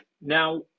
now